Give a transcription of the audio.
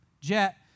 jet